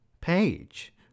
page